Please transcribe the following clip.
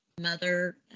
mother